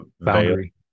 boundary